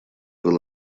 был